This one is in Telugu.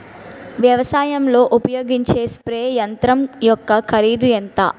వ్యవసాయం లో ఉపయోగించే స్ప్రే యంత్రం యెక్క కరిదు ఎంత?